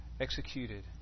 executed